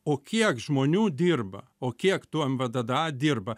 o kiek žmonių dirba o kiek tų em vdda dirba